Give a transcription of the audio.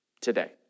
today